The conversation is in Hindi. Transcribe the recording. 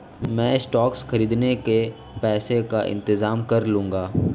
मैं स्टॉक्स खरीदने के पैसों का इंतजाम कर लूंगा